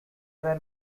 were